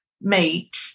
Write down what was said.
meet